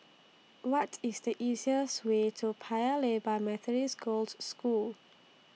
What IS The easiest Way to Paya Lebar Methodist Girls' School